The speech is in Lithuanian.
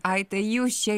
ai tai jūs čia